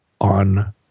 on